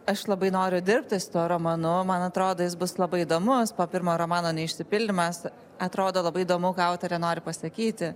aš labai noriu dirbti su tuo romanu man atrodo jis bus labai įdomus po pirmo romano neišsipildymas atrodo labai įdomu ką autorė nori pasakyti